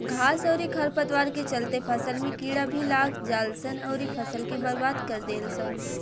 घास अउरी खर पतवार के चलते फसल में कीड़ा भी लाग जालसन अउरी फसल के बर्बाद कर देलसन